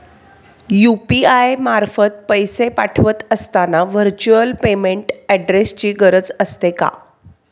UPI मार्फत पैसे पाठवत असताना व्हर्च्युअल पेमेंट ऍड्रेसची गरज असते का?